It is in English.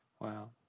Wow